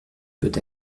peut